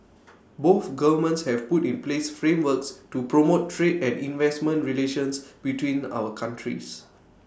both governments have put in place frameworks to promote trade and investment relations between our countries